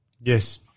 Yes